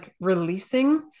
releasing